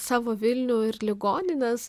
savo vilnių ir ligonines